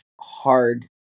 hard